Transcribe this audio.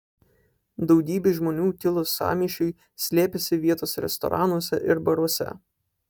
daugybė žmonių kilus sąmyšiui slėpėsi vietos restoranuose ir baruose